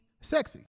sexy